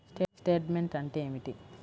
Statement అంటే ఏమిటి?